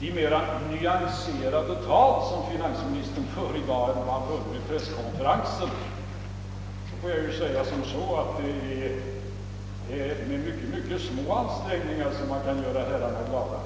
det mera nyanserade tal som finansministern för i dag jämfört med det han förde vid presskonferensen, måste jag säga att det är med mycket små ansträngningar man kan göra herrarna glada.